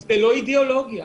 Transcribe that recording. לא אידיאולוגיה.